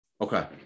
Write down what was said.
Okay